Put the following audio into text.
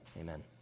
amen